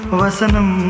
vasanam